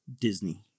disney